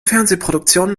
fernsehproduktionen